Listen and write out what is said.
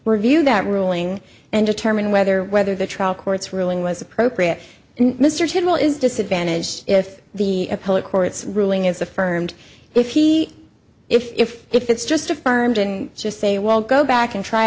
review that ruling and determine whether whether the trial court's ruling was appropriate and mr general is disadvantaged if the appellate court's ruling is affirmed if he if if if it's just affirmed and just say well go back and try